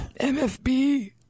MFB